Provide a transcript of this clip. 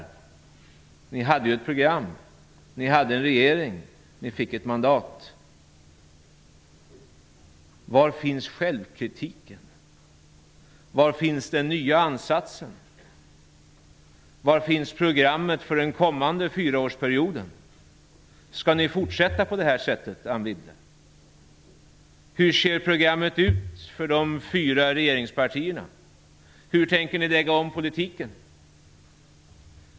Ni hade ju ett program, ni hade en regering, ni fick ett mandat. Var finns självkritiken? Var finns den nya ansatsen? Var finns programmet för den kommande fyraårsperioden? Skall ni fortsätta på det här sättet, Anne Wibble? Hur ser programmet ut för de fyra regeringspartierna? Hur tänker ni lägga om politiken?